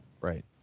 right